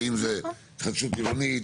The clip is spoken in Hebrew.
האם זה התחדשות עירונית,